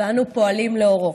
ואנו פועלים לאורו.